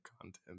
content